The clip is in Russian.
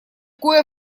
кое